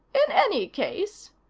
in any case,